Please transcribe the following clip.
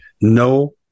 No